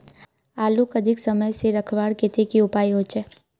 आलूक अधिक समय से रखवार केते की उपाय होचे?